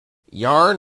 yarn